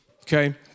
okay